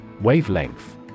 Wavelength